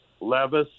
Levis